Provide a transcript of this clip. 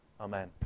Amen